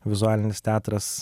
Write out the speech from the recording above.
vizualinis teatras